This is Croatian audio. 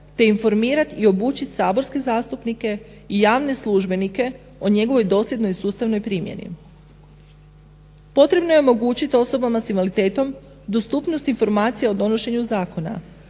te informirati i obučiti saborske zastupnike i javne službenike o njegovoj dosljednoj sustavnoj primjeni. Potrebno je omogućiti osoba s invaliditetom dostupnost informacijama o donošenju zakona